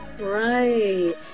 Right